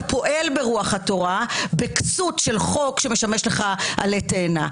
כי אתה פועל בכסות של חוק שמשמש לך עלה תאנה.